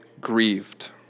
grieved